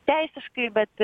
teisiškai bet